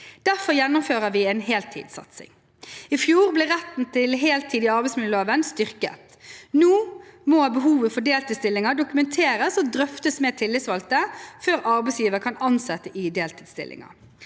Derfor gjennomfører vi en heltidssatsing. I fjor ble retten til heltid styrket i arbeidsmiljøloven. Nå må behovet for deltidsstillinger dokumenteres og drøftes med tillitsvalgte før arbeidsgiveren kan ansette i deltidsstillinger.